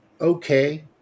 okay